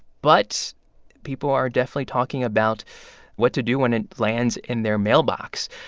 but people are definitely talking about what to do when it lands in their mailbox.